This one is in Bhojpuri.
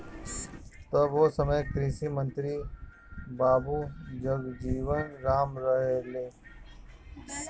तब ओ समय कृषि मंत्री बाबू जगजीवन राम रहलें